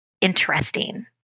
interesting